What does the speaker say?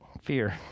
fear